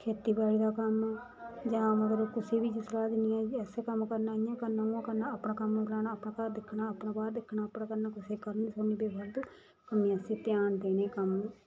खेतीबाड़ी दा कम्म जां मतलब कुसै बी सलाह् देनी ऐ कि इ'यां करना उयां करना अपना कम्म मकाना अपना घर दिक्खना अपना बाह्र दिक्खनाअपना करना कुसै दी कमी नी कड्ढनी कम्मै आस्सै ध्यान देने कम्म